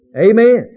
Amen